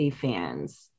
fans